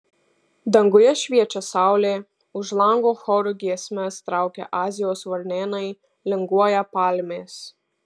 danguje šviečia saulė už lango choru giesmes traukia azijos varnėnai linguoja palmės